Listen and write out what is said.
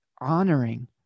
honoring